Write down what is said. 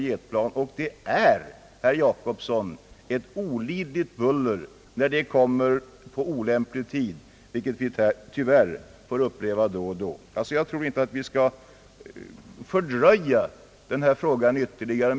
Bullret är olidligt, herr Jacobsson, när dessa plan kommer på olämplig tid, vilket vi tyvärr får uppleva då och då. Jag tycker att vi inte skall fördröja den här frågan ytterligare.